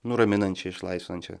nuraminančią išlaisvinančią